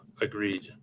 agreed